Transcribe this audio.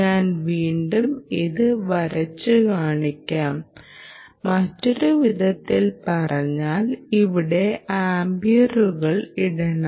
ഞാൻ വീണ്ടും ഇത് വരച്ചു കാണിക്കാം മറ്റൊരു വിധത്തിൽ പറഞ്ഞാൽ ഇവിടെ ആമ്പിയറുകൾ ഇടണം